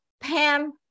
Pam